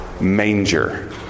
manger